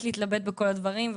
להתבלט בכל הדברים,